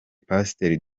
pasiteri